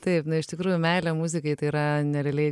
taip na iš tikrųjų meilė muzikai tai yra nerealiai